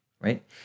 right